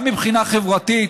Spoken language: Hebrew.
גם מבחינה חברתית,